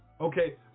Okay